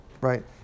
right